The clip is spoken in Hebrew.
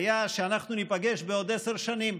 היה שאנחנו ניפגש בעוד עשר שנים.